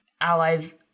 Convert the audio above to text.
Allies